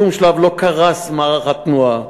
בשום שלב לא קרס מערך התנועה,